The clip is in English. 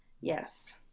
yes